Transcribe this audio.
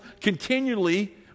continually